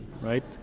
right